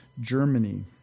Germany